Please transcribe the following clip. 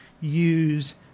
use